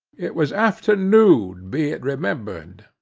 it was afternoon, be it remembered.